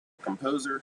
composer